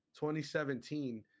2017